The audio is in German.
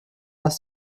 ist